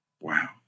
Wow